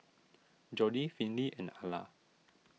Jordi Finley and Ala